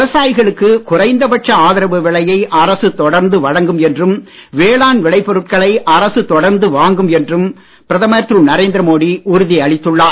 விவசாயிகளுக்கு குறைந்த பட்ச ஆதரவு விலையை அரசு தொடர்ந்து வழங்கும் என்றும் வேளாண் விளைபொருட்களை அரசு தொடர்ந்து வாங்கும் என்றும் பிரதமர் திரு நரேந்திர மோடி உறுதி அளித்துள்ளார்